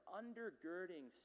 undergirding